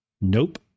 Nope